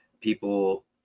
people